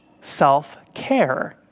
self-care